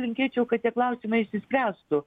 linkėčiau kad tie klausimai išsispręstų